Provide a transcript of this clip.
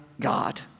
God